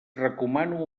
recomano